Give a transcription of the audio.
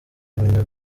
kumenya